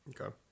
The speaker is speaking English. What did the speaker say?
Okay